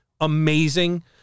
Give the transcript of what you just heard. amazing